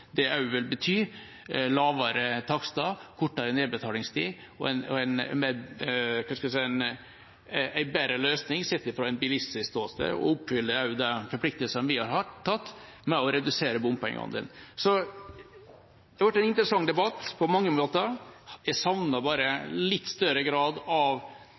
det også vil bety lavere takster, kortere nedbetalingstid og en bedre løsning, sett fra bilistens ståsted, og det oppfyller de forpliktelsene vi har hatt, ved å redusere bompengeandelen. Det har vært en interessant debatt på mange måter. Jeg savner bare litt større grad av